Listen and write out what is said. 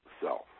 self